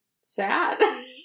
sad